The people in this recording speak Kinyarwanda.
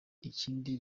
ikindi